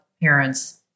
parents